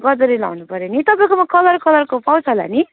गदवरी लगाउनु पऱ्यो नि तपाईँकोमा कलर कलरको पाउँछ होला नि